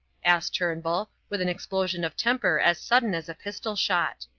asked turnbull, with an explosion of temper as sudden as a pistol shot.